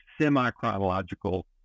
semi-chronological